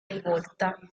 rivolta